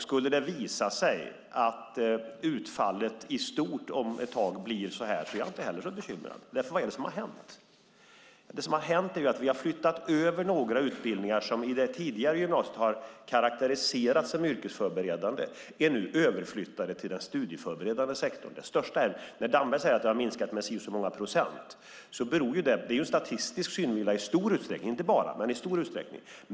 Skulle det visa sig att utfallet i stort om ett tag blir så här är jag inte heller så bekymrad, för vad är det som har hänt? Det som har hänt är att vi har flyttat över några utbildningar som i det tidigare gymnasiet har karakteriserats som yrkesförberedande. De är nu överflyttade till den studieförberedande sektorn. Damberg säger att antalet sökande har minskat med si och så många procent. Det är ju statistiska skillnader i stor utsträckning, inte bara, men i stor utsträckning.